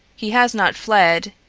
he has not fled.